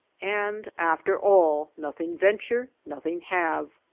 and after all nothing venture, nothing have.